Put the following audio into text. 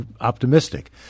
optimistic